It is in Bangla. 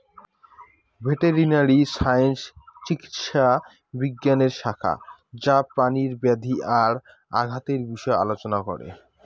ভেটেরিনারি সায়েন্স চিকিৎসা বিজ্ঞানের শাখা যা প্রাণীর ব্যাধি আর আঘাতের বিষয় আলোচনা করে